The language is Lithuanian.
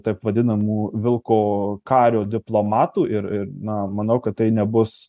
taip vadinamų vilko kario diplomatų ir ir na manau kad tai nebus